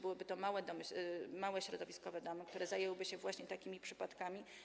Byłyby to małe środowiskowe domy, które zajęłyby się właśnie takimi przypadkami.